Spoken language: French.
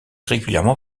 régulièrement